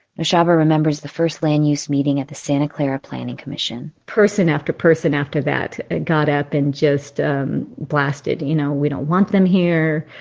noshaba remembers the first land use meeting at the santa clara planning commission person after person after that got up and just blasted, you know, we don't want them here.